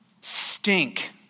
stink